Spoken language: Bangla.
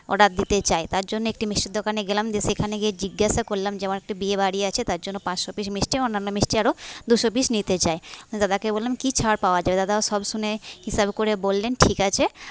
অর্ডার দিতে চাই তার জন্য একটি মিষ্টির দোকানে গেলাম যে সেখানে গিয়ে জিজ্ঞাসা করলাম যে আমার একটি বিয়েবাড়ি আছে তার জন্য পাঁচশো পিস মিষ্টি অন্যান্য মিষ্টি আরও দুশো পিস নিতে চাই দাদাকে বললাম কি ছাড় পাওয়া যায় দাদা সব শুনে হিসেব করে বললেন ঠিক আছে